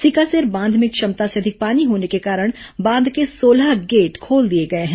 सिकासेर बांध में क्षमता से अधिक पानी होने के कारण बांध के सोलह गेट खोल दिए गए हैं